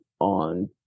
on